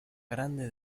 grande